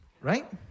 right